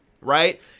right